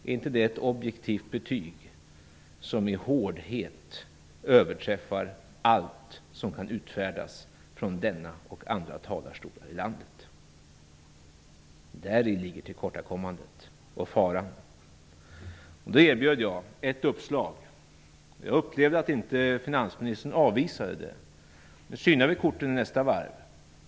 Är inte detta ett objektivt betyg som med hårdhet överträffar allt som kan utfärdas från denna och andra talarstolar i landet? Däri ligger tillkortakommandet och faran. Jag erbjöd ett uppslag som jag upplevde att finansministern inte avvisade. Nu synar vi korten i nästa varv.